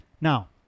Now